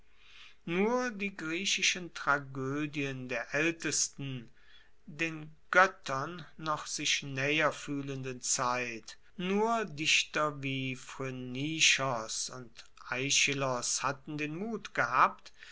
nur die griechischen tragoedien der aeltesten den goettern noch sich naeher fuehlenden zeit nur dichter wie phrynichos und aeschylos hatten den mut gehabt